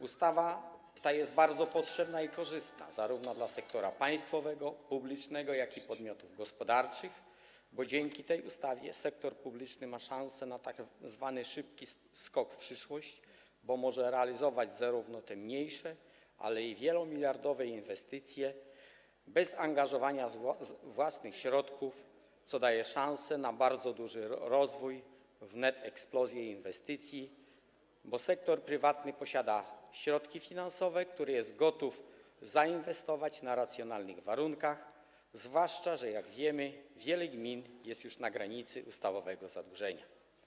Ustawa ta jest bardzo potrzebna i korzystna zarówno dla sektora państwowego, publicznego, jak i podmiotów gospodarczych, jako że dzięki tej ustawie sektor publiczny ma szansę na tzw. szybki skok w przyszłość, bo może realizować nie tylko te mniejsze, ale i wielomiliardowe inwestycje bez angażowania własnych środków, co daje szansę na bardzo duży rozwój, wnet eksplozję inwestycji, bo sektor prywatny posiada środki finansowe, które jest gotów zainwestować na racjonalnych warunkach, zwłaszcza że, jak wiemy, wiele gmin jest już na granicy ustawowego zadłużenia.